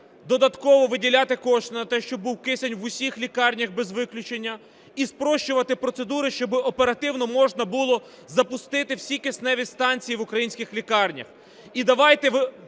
додатково виділяти кошти на те, щоб був кисень в усіх лікарнях без виключення, і спрощувати процедури, щоби оперативно можна було запустити всі кисневі станції в українських лікарнях. І давайте